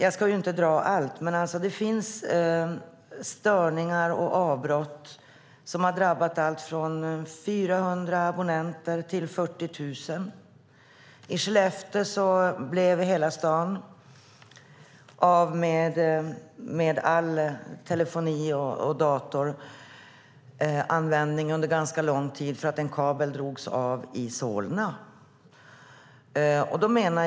Jag ska inte dra allt, men det finns störningar och avbrott som har drabbat alltifrån 400 till 40 000 abonnenter. I Skellefteå blev hela staden av med all telefoni och datoranvändning under ganska lång tid därför att en kabel drogs av i Solna.